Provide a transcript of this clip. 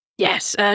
Yes